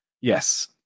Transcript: Yes